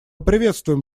приветствуем